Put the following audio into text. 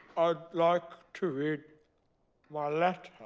i'd like to read my letter.